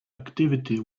activity